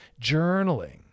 journaling